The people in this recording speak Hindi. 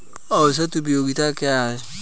औसत उपयोगिता क्या है?